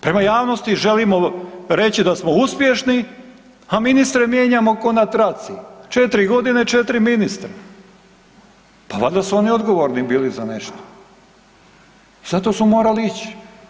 Prema javnosti želimo reći da smo uspješni, a ministre mijenjamo ko na traci, 4.g. 4 ministra, pa valjda su oni odgovorni bili za nešto i zato su morali ići.